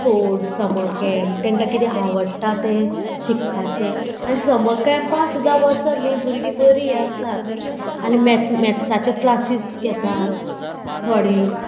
sport summer camp तेंकां किदें आवडटा तें शिकपाचें आनी समर कॅम्पा सुद्दां वचत न्ही भुरगीं बरीं आसात आनी मॅथ्स मॅथ्साचे क्लासीस घेतात थोडे